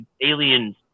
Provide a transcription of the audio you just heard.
aliens